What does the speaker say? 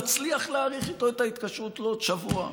נצליח להאריך איתו את ההתקשרות לעוד שבוע.